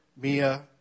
Mia